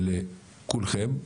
ולכולכם.